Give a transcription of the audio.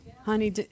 honey